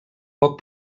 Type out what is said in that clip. poc